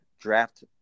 draft